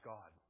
God